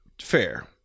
Fair